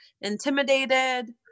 intimidated